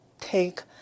take